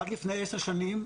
עד לפני עשר שנים,